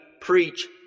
preach